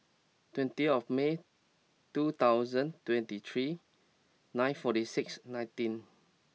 twenty of May two thousand and twenty three nine forty six nineteen